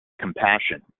compassion